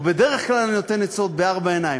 או בדרך כלל אני נותן עצות בארבע עיניים,